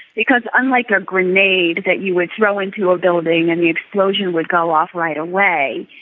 because unlike a grenade that you would throw into a building and the explosion would go off right away,